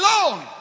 alone